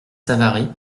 savary